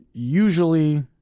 Usually